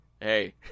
hey